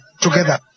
together